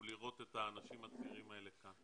היא לראות את האנשים הצעירים האלה כאן.